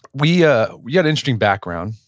we ah we got interesting background.